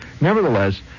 nevertheless